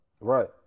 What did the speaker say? Right